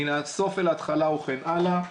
מן הסוף אל ההתחלה וכן הלאה,